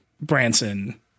Branson